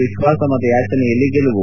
ವಿಶ್ಲಾಸಮತ ಯಾಚನೆಯಲ್ಲಿ ಗೆಲುವು